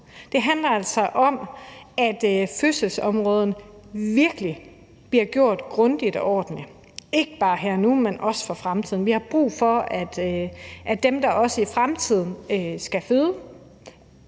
Det handler altså om, at det virkelig bliver gjort grundigt og ordentligt på fødselsområdet, ikke bare her og nu, men også for fremtiden. Vi har brug for, at dem, der også i fremtiden skal føde,